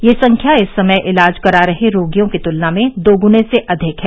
यह संख्या इस समय इलाज करा रहे रोगियों की तुलना में दोगुने से अधिक है